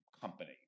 company